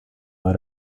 out